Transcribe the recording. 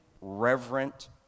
reverent